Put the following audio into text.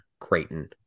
Creighton